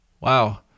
wow